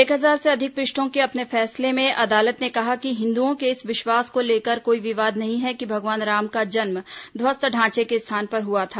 एक हजार से अधिक पृष्ठों के अपने फैसले में अदालत ने कहा कि हिन्दुओं के इस विश्वास को लेकर कोई विवाद नहीं है कि भगवान राम का जन्म ध्वस्त ढांचे के स्थान पर हुआ था